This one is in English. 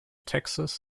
texas